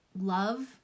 love